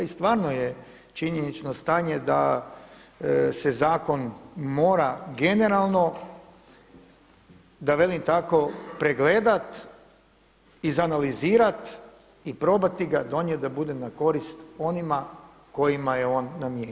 I stvarno je činjeničko stanje da se zakon mora generalno da velim tako pregledat, izanalizirati i probati ga donijeti da to bude na korist onima kojima je on namijenjen.